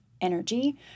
energy